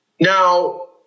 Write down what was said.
Now